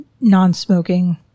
non-smoking